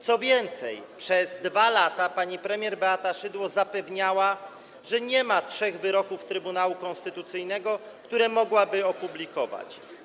Co więcej, przez 2 lata pani premier Beata Szydło zapewniała, że nie ma trzech wyroków Trybunału Konstytucyjnego, które mogłaby opublikować.